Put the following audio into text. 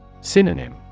Synonym